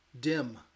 dim